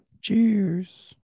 Cheers